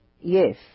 Yes